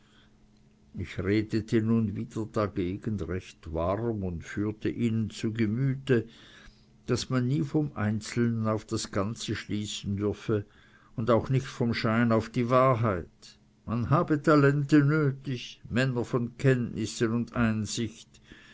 ich redete nun wieder dagegen recht warm und führte ihnen zu gemüte daß man nie vom einzelnen auf das ganze schließen dürfe und auch nicht vom schein auf die wahrheit man habe talente nötig männer von kenntnissen und einsicht